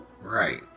Right